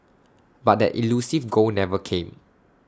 but that elusive goal never came